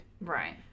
right